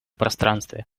пространстве